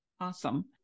Awesome